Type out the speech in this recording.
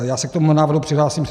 Já se k tomu návrhu přihlásím.